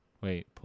wait